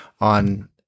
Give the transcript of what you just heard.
on